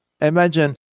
Imagine